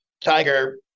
tiger